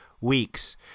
weeks